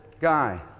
guy